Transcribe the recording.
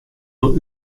wol